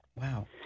Wow